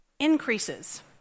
Increases